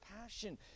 passion